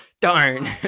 Darn